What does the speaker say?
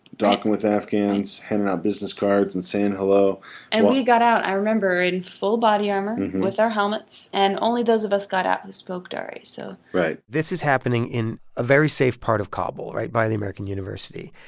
talking with afghans, handing out business cards and saying hello and we got out, i remember, in full body armor with our helmets. and only those of us got out who spoke dari, so. right this is happening in a very safe part of kabul, right by the american university.